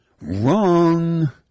Wrong